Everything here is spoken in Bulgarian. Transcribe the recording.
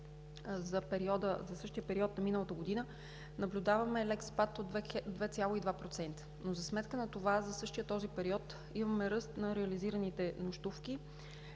със същия период на миналата година наблюдаваме лек спад от 2,2%, но за сметка на това за същия този период имаме ръст на реализираните нощувки